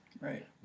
Right